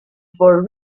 for